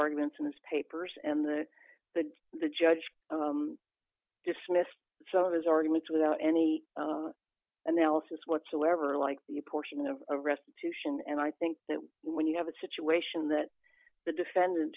arguments in his papers and the the the judge dismissed some of his arguments without any analysis whatsoever like the portion of a restitution and i think that when you have a situation that the defendant